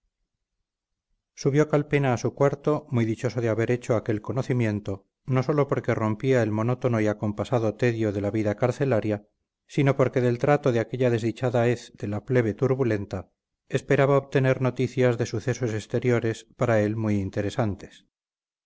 subió calpena a su cuarto muy dichoso de haber hecho aquel conocimiento no sólo porque rompía el monótono y acompasado tedio de la vida carcelaria sino porque del trato de aquella desdichada hez de la plebe turbulenta esperaba obtener noticias de sucesos exteriores para él muy interesantes